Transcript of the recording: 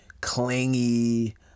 clingy